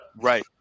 Right